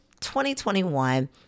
2021